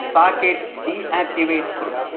socket deactivate कुरु